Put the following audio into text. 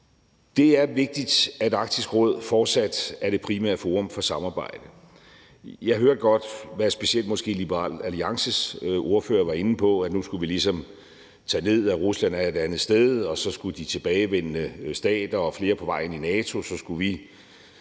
Det er vigtigt, at Arktisk Råd fortsat er det primære forum for samarbejdet. Jeg hørte godt, hvad måske specielt Liberal Alliances ordfører var inde på, altså at nu skulle vi ligesom tage ned, at Rusland er et andet sted, og at vi så i de tilbageværende stater, hvoraf flere er på vej ind i NATO, skulle stå